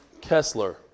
Kessler